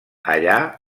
allà